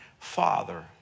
father